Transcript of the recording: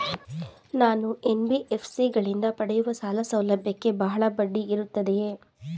ನಾನು ಎನ್.ಬಿ.ಎಫ್.ಸಿ ಗಳಿಂದ ಪಡೆಯುವ ಸಾಲ ಸೌಲಭ್ಯಕ್ಕೆ ಬಹಳ ಬಡ್ಡಿ ಇರುತ್ತದೆಯೇ?